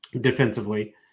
defensively